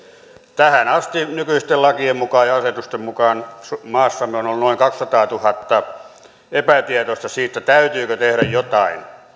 tähän asti nykyisten lakien mukaan ja asetusten mukaan maassamme on ollut noin kaksisataatuhatta epätietoista siitä täytyykö tehdä jotain